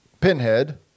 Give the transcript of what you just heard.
Pinhead